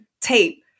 tape